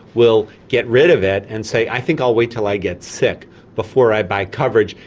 will get rid of it and say i think i'll wait until i get sick before i buy coverage,